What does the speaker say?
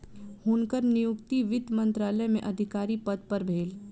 हुनकर नियुक्ति वित्त मंत्रालय में अधिकारी पद पर भेल